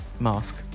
Mask